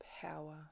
power